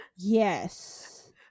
yes